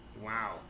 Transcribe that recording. Wow